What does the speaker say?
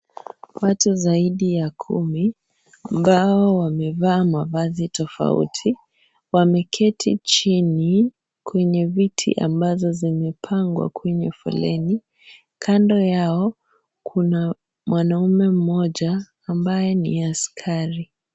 Watu zaidi ya kumi ambao wamevaa mavazi tofauti wameketi chini kwenye viti ambazo zimepangwa kwenye foleni. Kando yao kuna mwanamume mmoja ambaye ni askari.